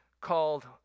called